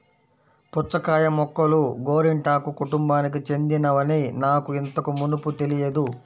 పుచ్చకాయ మొక్కలు గోరింటాకు కుటుంబానికి చెందినవని నాకు ఇంతకు మునుపు తెలియదు